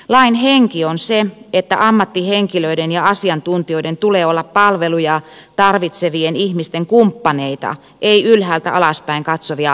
lain henki on se että ammattihenkilöiden ja asiantuntijoiden tulee olla palveluja tarvitsevien ihmisten kumppaneita ei ylhäältä alaspäin katsovia auktoriteetteja